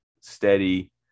steady